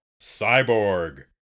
Cyborg